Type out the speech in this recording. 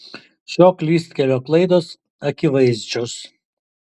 šio klystkelio klaidos akivaizdžios